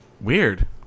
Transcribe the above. Weird